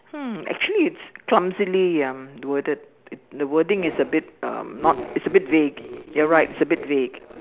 hmm actually it's clumsily um worded the wording is a bit um not it's a bit vague you're right it's a bit vague